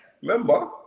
Remember